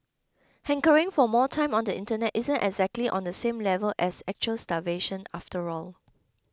hankering for more time on the Internet isn't exactly on the same level as actual starvation after all